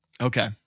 Okay